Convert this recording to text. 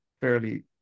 fairly